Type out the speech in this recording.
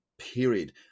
period